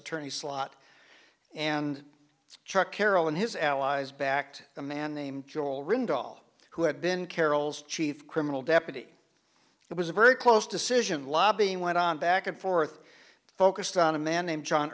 attorney slot and chuck carroll and his allies backed a man named joel rinder all who had been carol's chief criminal deputy it was a very close decision lobbying went on back and forth focused on a man named john